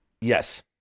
Yes